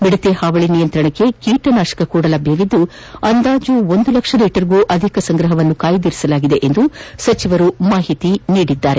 ಮಿಡತೆ ಹಾವಳಿ ನಿಯಂತ್ರಿಸಲು ಕೀಟನಾಶಕಗಳು ಲಭ್ಯವಿದ್ದು ಅಂದಾಜು ಒಂದು ಲಕ್ಷ ಲೀಟರ್ಗೂ ಅಧಿಕ ಸಂಗ್ರಹವನ್ನು ಕಾಯ್ದಿರಿಸಲಾಗಿದೆ ಎಂದು ಸಚಿವರು ಮಾಹಿತಿ ನೀಡಿದರು